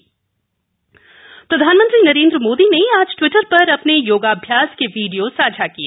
प्रधानमंत्री योग प्रधानमंत्री नरेन्द्र मोदी ने आज ट्वीटर पर अपने योगाभ्यास के वीडियो साझा किए